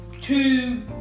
two